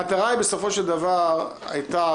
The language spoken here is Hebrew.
המטרה בסופו של דבר הייתה,